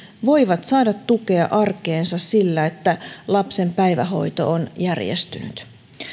voivat saada tukea arkeensa sillä että lapsen päivähoito on järjestynyt